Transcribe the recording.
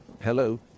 Hello